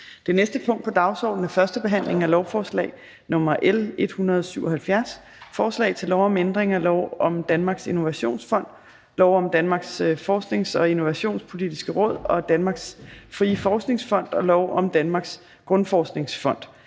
Det næste punkt på dagsordenen er: 5) 1. behandling af lovforslag nr. L 177: Forslag til lov om ændring af lov om Danmarks Innovationsfond, lov om Danmarks Forsknings- og Innovationspolitiske Råd og Danmarks Frie Forskningsfond og lov om Danmarks Grundforskningsfond.